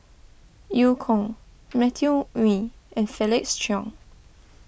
Eu Kong Matthew Ngui and Felix Cheong